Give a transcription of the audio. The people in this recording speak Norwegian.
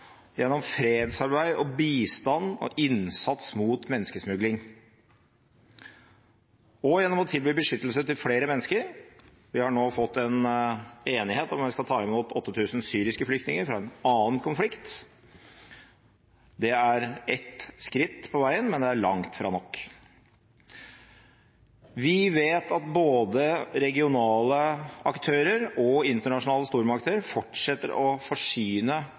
gjennom fredsarbeid, bistand og innsats mot menneskesmugling, og gjennom å tilby beskyttelse til flere mennesker. Vi har nå fått en enighet om at vi skal ta imot 8 000 syriske flyktninger fra en annen konflikt. Det er ett skritt på veien, men det er langt fra nok. Vi vet at både regionale aktører og internasjonale stormakter fortsetter å forsyne